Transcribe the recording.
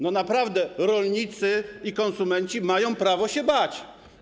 Naprawdę rolnicy i konsumenci mają prawo się bać.